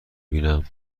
بینم